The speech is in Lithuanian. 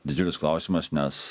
didžiulis klausimas nes